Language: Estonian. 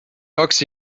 kaks